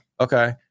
okay